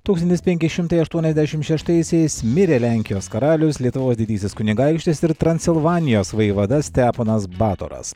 tūkstantis penki šimtai aštuoniasdešim šeštaisiais mirė lenkijos karaliaus lietuvos didysis kunigaikštis ir transilvanijos vaivada steponas batoras